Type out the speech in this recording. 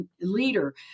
leader